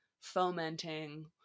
fomenting